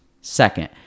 Second